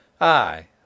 Aye